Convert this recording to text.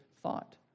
thought